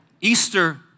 Easter